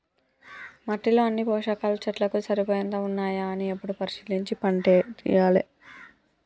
మట్టిలో అన్ని పోషకాలు చెట్లకు సరిపోయేంత ఉన్నాయా అని ఎప్పుడు పరిశీలించి పంటేయాలే